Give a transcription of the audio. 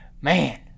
Man